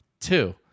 two